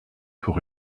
pour